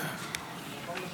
גברתי